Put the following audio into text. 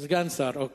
סגן שר, אוקיי.